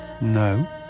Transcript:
No